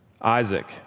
Isaac